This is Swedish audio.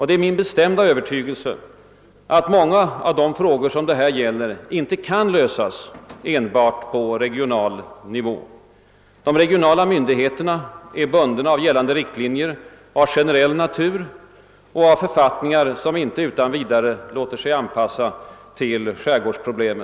Det är min bestämda övertygelse att många av de frågor det här gäller inte kan lösas enbart på regional nivå. De regionala myndigheterna är bundna av gällande riktlinjer av generell natur och av författningar som inte utan vidare låter sig anpassas till skärgårdens problem.